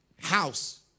house